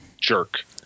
jerk